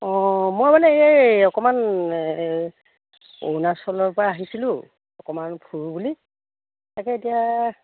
অঁ মই মানে এই অকণমান অৰুণাচলৰ পৰা আহিছিলোঁ অকণমান ফুৰোঁ বুলি তাকে এতিয়া